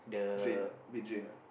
drain ah big drain ah